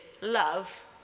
love